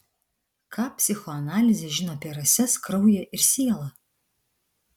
ką psichoanalizė žino apie rases kraują ir sielą